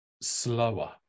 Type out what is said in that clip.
slower